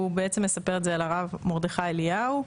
שהוא מספר את זה על הרב מרדכי אליהו.